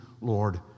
Lord